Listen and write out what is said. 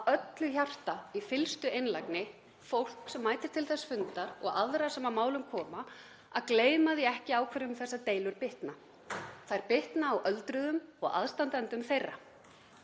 af öllu hjarta, í fyllstu einlægni fólk sem mætir til þess fundar og aðra sem að málum koma til að gleyma því ekki á hverjum þessar deilur bitna. Þær bitna á öldruðum og aðstandendum þeirra.